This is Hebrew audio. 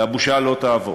והבושה לא תעבור.